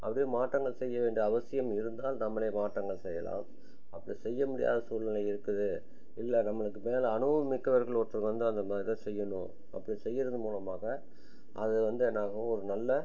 அப்படியே மாற்றங்கள் செய்ய வேண்டிய அவசியம் இருந்தால் நம்மளே மாற்றங்கள் செய்யலாம் அப்படி செய்ய முடியாத சூழ்நிலை இருக்குது இல்லை நம்மளுக்கு மேலே அனுபவம் மிக்கவர்கள் ஒருத்தர் வந்து அந்த மாதிரி தான் செய்யணும் அப்படி செய்யறது மூலமாக அது வந்து என்னாகும் ஒரு நல்ல